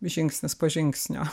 žingsnis po žingsnio